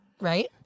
right